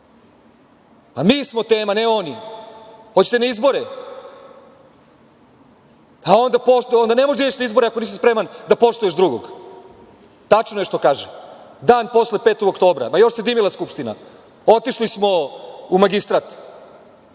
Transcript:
žene. Mi smo tema, a ne oni. Da li hoćete na izbore? Pa, onda ne možeš da ideš na izbore ako nisi spreman da poštuješ drugog. Tačno je što kaže, dan posle 5. oktobra, ma još se dimila Skupština, otišli smo u magistrat,